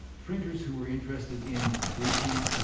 printers who were interested in reaching